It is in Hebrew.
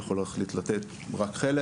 יכול להחליט לתת רק חלק